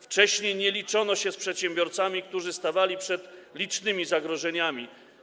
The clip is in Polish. Wcześniej nie liczono się z przedsiębiorcami, którzy stawali przed licznymi zagrożeniami.